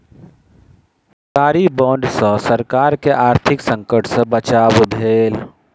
सरकारी बांड सॅ सरकार के आर्थिक संकट सॅ बचाव भेल